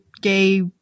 gay